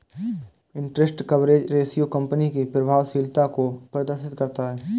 interest coverage ratio company की प्रभावशीलता को प्रदर्शित करता है